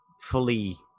fully